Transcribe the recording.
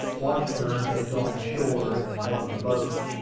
washburn had gone ashore in one of the boats,